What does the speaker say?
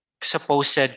supposed